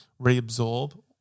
reabsorb